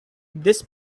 this